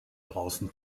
draußen